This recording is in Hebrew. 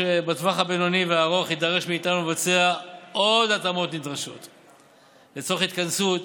שבטווח הבינוני והארוך יידרש מאיתנו לבצע עוד התאמות לצורך התכנסות